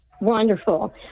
wonderful